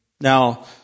Now